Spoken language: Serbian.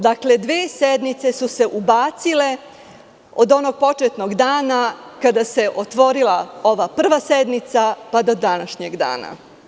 Dve sednice su se ubacile od onog početnog dana kada se otvorila ova prva sednica pa do današnjeg dana.